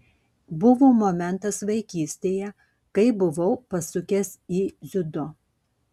buvo momentas vaikystėje kai buvau pasukęs į dziudo